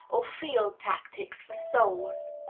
or field tactics for souls.